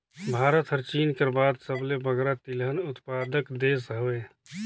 भारत हर चीन कर बाद सबले बगरा तिलहन उत्पादक देस हवे